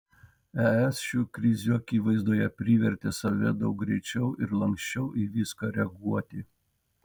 es šių krizių akivaizdoje privertė save daug greičiau ir lanksčiau į viską reaguoti